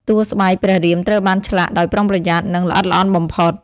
តួស្បែកព្រះរាមត្រូវបានឆ្លាក់ដោយប្រុងប្រយ័ត្ន និងល្អិតល្អន់បំផុត ។